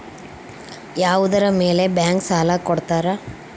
ಯಾವುದರ ಮೇಲೆ ಬ್ಯಾಂಕ್ ಸಾಲ ಕೊಡ್ತಾರ?